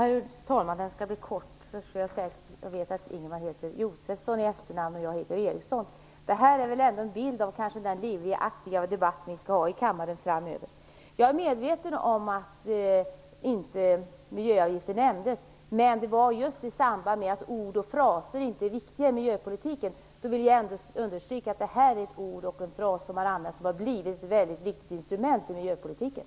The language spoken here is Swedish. Herr talman! Jag skall fatta mig kort. Jag vet att Ingemar heter Josefsson i efternamn och att jag heter Eriksson. Detta är kanske en bild av den livliga och aktiva debatt som vi skall ha i kammaren framöver. Jag är medveten om att miljöavgifter inte nämndes. Men det var i samband med att det sades att ord och fraser inte var viktiga i miljöpolitiken som jag ville understryka att miljöavgifter är ett ord som har använts och blivit ett väldigt viktigt instrument i miljöpolitiken.